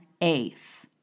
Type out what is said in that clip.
eighth